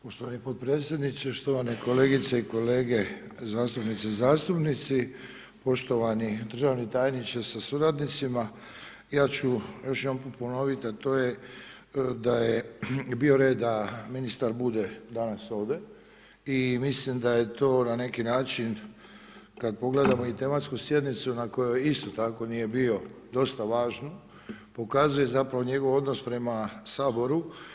Poštovani potpredsjedniče, štovane kolegice i kolege, zastupnice i zastupnici, poštovani državni tajniče sa suradnicima, ja ću još jednom ponoviti, a to je da bi bio red da ministar bude danas ovdje i mislim da je to na neki način, kada pogledamo i tematsku sjednicu, na kojoj isto tako nije bio, dosta važnu, ukazuje zapravo njegov odnos prema Saboru.